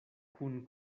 kun